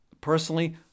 Personally